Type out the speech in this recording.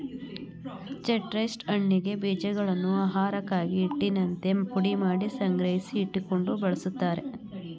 chestnut ಹಣ್ಣಿನ ಬೀಜಗಳನ್ನು ಆಹಾರಕ್ಕಾಗಿ, ಹಿಟ್ಟಿನಂತೆ ಪುಡಿಮಾಡಿ ಸಂಗ್ರಹಿಸಿ ಇಟ್ಟುಕೊಂಡು ಬಳ್ಸತ್ತರೆ